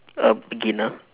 err beginner